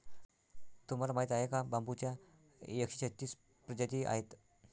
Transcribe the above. तुम्हाला माहीत आहे का बांबूच्या एकशे छत्तीस प्रजाती आहेत